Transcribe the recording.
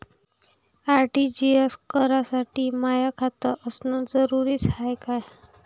RTGS करासाठी माय खात असनं जरुरीच हाय का?